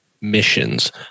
missions